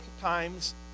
times